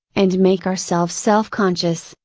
and make ourselves self conscious,